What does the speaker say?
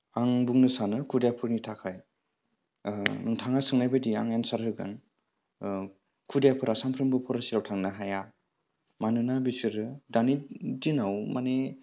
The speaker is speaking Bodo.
आं बुंनो सानो खुदियाफोरनि थाखाय नोंथाङा सोंनायबायदि आं एन्सार होगोन खुदियाफोरा सानफ्रोमबो फरायसालियाव थांनो हाया मानोना बिसोरो दानि दिनाव माने